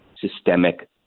systemic